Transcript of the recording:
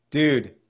Dude